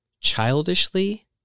childishly